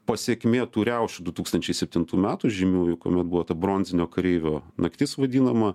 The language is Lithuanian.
pasekmė tų riaušių du tūkstančiai septintų metų žymiųjų kuomet buvo ta bronzinio kareivio naktis vadinama